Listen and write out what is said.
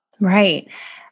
Right